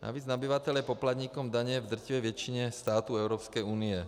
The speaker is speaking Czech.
Navíc nabyvatel je poplatníkem daně v drtivé většině států Evropské unie.